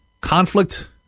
conflict